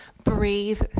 breathe